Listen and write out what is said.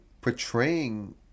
portraying